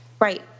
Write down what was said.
Right